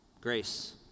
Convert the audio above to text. Grace